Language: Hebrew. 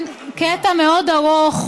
קטע מאוד ארוך